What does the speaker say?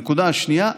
הנקודה השנייה,